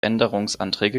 änderungsanträge